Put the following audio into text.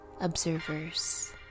observers